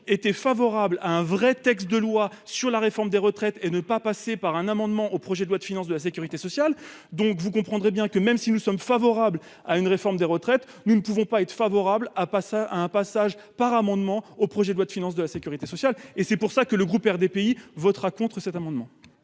était favorable à un vrai texte de loi sur la réforme des retraites et ne pas passer par un amendement au projet de loi de finances de la Sécurité sociale, donc vous comprendrez bien que même si nous sommes favorables à une réforme des retraites, nous ne pouvons pas être favorable à passer à un passage par amendement au projet de loi de finances de la Sécurité sociale et c'est pour ça que le groupe RDPI, votera contre cet amendement.